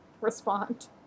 respond